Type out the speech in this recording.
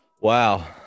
Wow